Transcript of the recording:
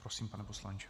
Prosím, pane poslanče.